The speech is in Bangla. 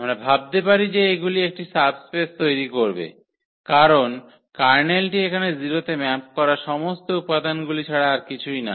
আমরা ভাবতে পারি যে এগুলি একটি সাবস্পেস তৈরি করবে কারণ কার্নেলটি এখানে 0 তে ম্যাপ করা সমস্ত উপাদানগুলি ছাড়া আর কিছু না